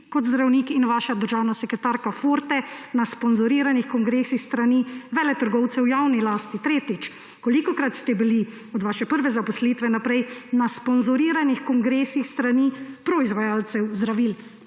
kot zdravnik in vaša državna sekretarka Forte na sponzoriranih kongresih s strani veletrgovcev v javni lasti? Tretjič, kolikokrat ste bili od vaše prve zaposlitve naprej na sponzoriranih kongresih s strani proizvajalcev zdravil?